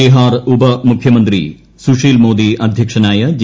ബിഹാർ ഉപമുഖ്യമന്ത്രി സുശീൽ മോദി അദ്ധ്യക്ഷനായ ജി